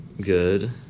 good